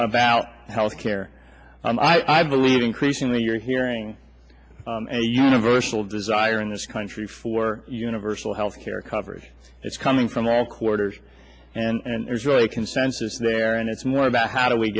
about health care i believe increasingly you're hearing a universal desire in this country for universal health care coverage that's coming from all quarters and there's really a consensus there and it's more about how do we